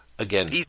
Again